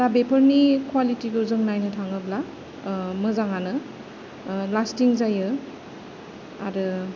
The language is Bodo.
दा बेफोरनि कुवालिटिखौ जों नायनो थाङोब्ला मोजाङानो लास्टिं जायो आरो